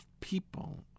people